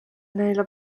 neile